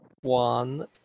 one